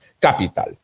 capital